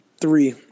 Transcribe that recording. three